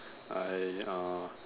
I uh